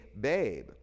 babe